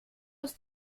ist